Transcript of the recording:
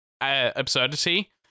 absurdity